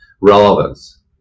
relevance